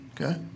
Okay